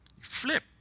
flip